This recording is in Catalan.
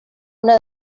una